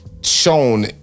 Shown